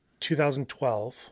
2012